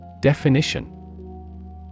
Definition